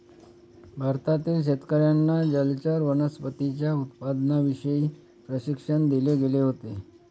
भारतातील शेतकर्यांना जलचर वनस्पतींच्या उत्पादनाविषयी प्रशिक्षण दिले गेले होते